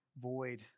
void